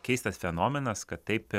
keistas fenomenas kad taip